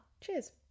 Cheers